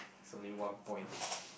it's only one point